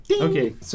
Okay